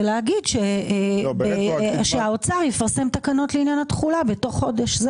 ולהגיד שהאוצר יפרסם תקנות לעניין התחולה בתוך חודש.